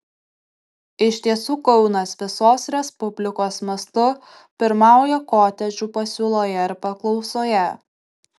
iš tiesų kaunas visos respublikos mastu pirmauja kotedžų pasiūloje ir paklausoje